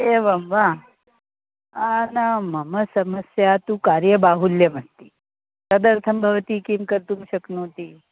एवं वा न मम समस्या तु कार्यबाहुल्यम् अस्ति तदर्थं भवती किं कर्तुं शक्नोति